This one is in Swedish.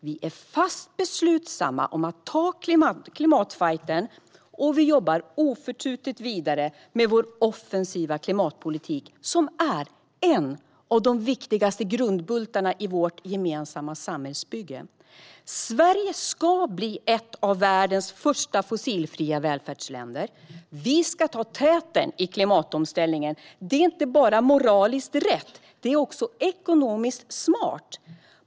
Vi är fast beslutna att ta klimatfajten, och vi jobbar oförtrutet vidare med vår offensiva klimatpolitik, som är en av de viktigaste grundbultarna i vårt gemensamma samhällsbygge. Sverige ska bli ett av världens första fossilfria välfärdsländer. Vi ska ta täten i klimatomställningen. Det är inte bara moraliskt rätt, utan det är också ekonomiskt smart.